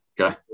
okay